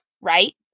right